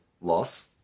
loss